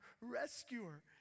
rescuer